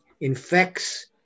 infects